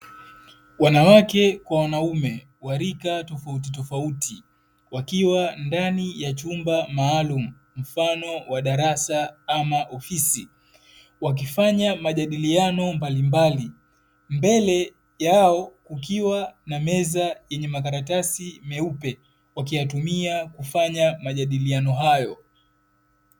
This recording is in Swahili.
Wanawake kwa wanaume wa rika tofauti tofauti wakiwa ndani ya chumba maalumu mfano wa darasa ama ofisi wakifanya majadiliano mbalimbali. Mbele yao kukiwa na meza yenye makaratasi meupe wakiyatumia kufanya majadiliano hayo.